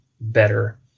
better